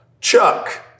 Chuck